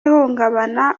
ihungabana